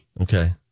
Okay